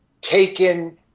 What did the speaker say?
taken